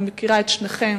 אני מכירה את שניכם.